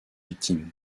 victimes